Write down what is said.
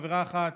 חברה אחת,